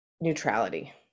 neutrality